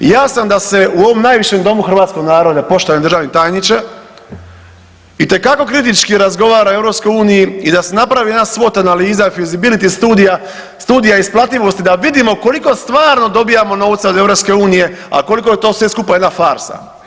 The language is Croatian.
Ja sam da se u ovom najvišem Domu hrvatskog naroda poštovani državni tajniče itekako kritički razgovara o EU i da se napravi jedna SWOT analiza, feasibility studija, studija isplativosti da vidimo koliko stvarno dobivamo novca od EU, a koliko je to sve skupa jedna farsa.